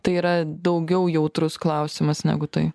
tai yra daugiau jautrus klausimas negu tai